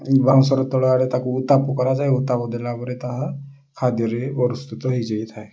ବାଉଁଶର ତଳଆଡ଼େ ତାକୁ ଉତ୍ତାପ କରାଯାଏ ଉତ୍ତାପ ଦେଲା ପରେ ତାହା ଖାଦ୍ୟରେ ବି ପ୍ରସ୍ତୁତ ହେଇଯାଇଥାଏ